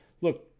look